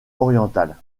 orientale